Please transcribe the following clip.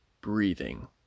breathing